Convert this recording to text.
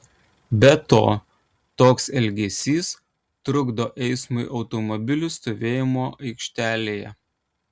be to toks elgesys trukdo eismui automobilių stovėjimo aikštelėje